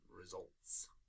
results